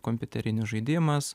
kompiuterinis žaidimas